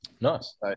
nice